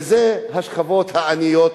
וזה השכבות העניות.